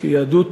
כיהדות